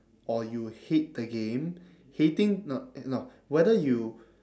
or you hate the game hating no no whether you